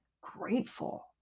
grateful